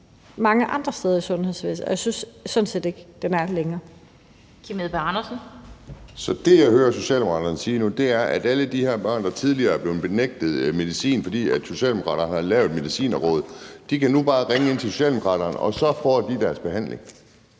Den fg. formand (Annette Lind): Kim Edberg Andersen. Kl. 20:39 Kim Edberg Andersen (NB): Det, jeg hører Socialdemokraterne sige nu, er, at alle de her børn, der tidligere har fået nægtet medicin, fordi Socialdemokraterne har lavet Medicinrådet, nu bare kan ringe ind til Socialdemokraterne, og så får de deres behandling.